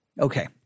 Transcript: Okay